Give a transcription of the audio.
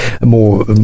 more